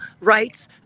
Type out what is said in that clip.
rights